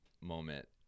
moment